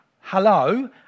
hello